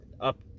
up